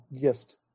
gift